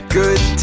good